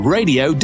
Radio